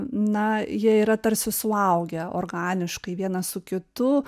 na jie yra tarsi suaugę organiškai vienas su kitu